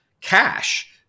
cash